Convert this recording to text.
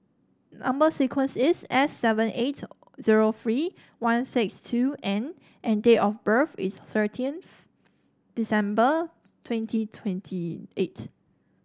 number sequence is S seven eight zero three one six two N and date of birth is thirteenth December twenty twenty eight